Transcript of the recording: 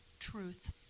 truth